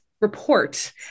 report